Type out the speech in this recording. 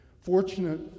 fortunate